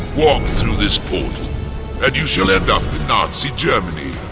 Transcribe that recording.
walk through this portal and you'll you'll end up in nazi germany.